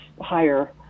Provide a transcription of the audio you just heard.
higher